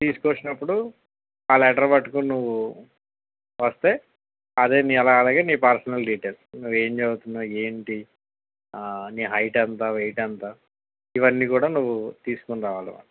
తీసుకొచ్చినప్పుడు ఆ లెటర్ పట్టుకొని నువ్వు వస్తే అదే అలాగే నీ పర్సనల్ డీటైల్స్ నువ్వు ఏమి చదువుతున్నావు ఏంటి నీ హైట్ ఎంత వెయిట్ ఎంత ఇవి అన్నీ కూడా నువ్వు తీసుకొని రావాలి